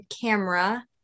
camera